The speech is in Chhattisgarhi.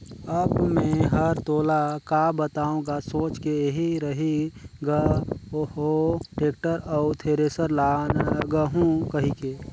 अब मे हर तोला का बताओ गा सोच के एही रही ग हो टेक्टर अउ थेरेसर लागहूँ कहिके